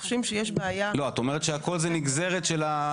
אנחנו חושבים שיש בעיה --- את אומרת שהכול זה נגזרת של מה